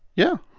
yeah.